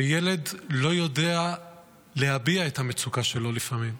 אני אציין שילד לא יודע להביע את המצוקה שלו לפעמים.